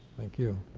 thank you.